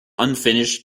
unfinished